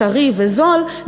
טרי וזול,